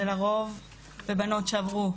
ולרוב, בבנות שעברו